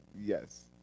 Yes